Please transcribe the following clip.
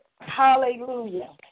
Hallelujah